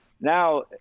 now